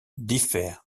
diffère